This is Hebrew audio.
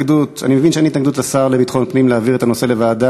אני מבין שאין לשר לביטחון הפנים התנגדות להעביר את הנושא לוועדה.